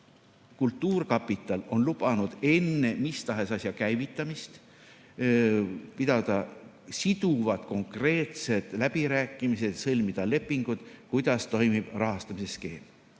kultuurkapital on lubanud enne mis tahes asja käivitamist pidada siduvad konkreetsed läbirääkimised ja sõlmida lepingud, kuidas toimib rahastamise skeem.